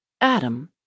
Adam